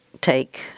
take –